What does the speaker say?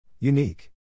Unique